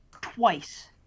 twice